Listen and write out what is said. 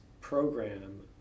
program